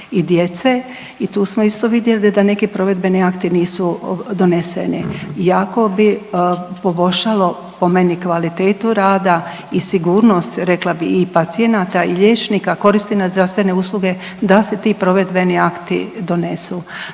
i djece. I tu smo isto vidjeli da neki provedbeni akti nisu doneseni. Jako bi poboljšalo po meni kvalitetu rada i sigurnost rekla bih i pacijenata i liječnika korisnika zdravstvene usluge da se ti provedbeni akti donesu